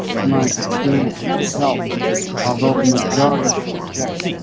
my experience will help although the majority will reject